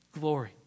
glory